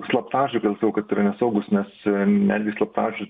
slaptažodžiai kodėl sakau kad yra nesaugūs nes netgi slaptažodžių